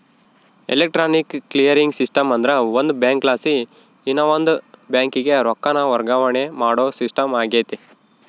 electronic clearing system ಅಂದ್ರ ಒಂದು ಬ್ಯಾಂಕಲಾಸಿ ಇನವಂದ್ ಬ್ಯಾಂಕಿಗೆ ರೊಕ್ಕಾನ ವರ್ಗಾವಣೆ ಮಾಡೋ ಸಿಸ್ಟಮ್ ಆಗೆತೆ